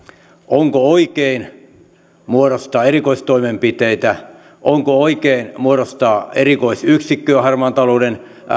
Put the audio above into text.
onko oikein muodostaa erikoistoimenpiteitä onko oikein muodostaa erikoisyksikköä harmaan talouden